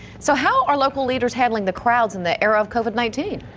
so how are local leaders handling the crowds and the air of covid nineteen.